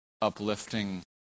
uplifting